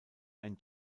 ein